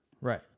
Right